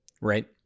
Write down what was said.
right